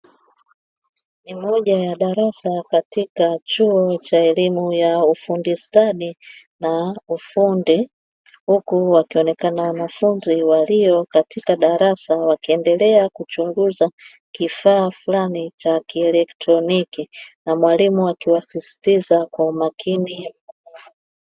Ni moja ya darasa katika chuo cha elimu ya ufundi stadi na ufundi huku wakionekana wanafunzi wakiwa katika darasa, wakiendelea kuchunguza kifaa kimoja cha kielektroniki na mwalimu akiwasisitiza kuwa makini.